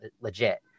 legit